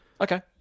Okay